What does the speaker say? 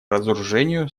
разоружению